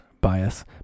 bias